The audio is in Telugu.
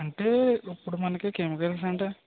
అంటే ఇప్పుడు మనకి కెమికల్స్ అంటే